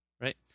right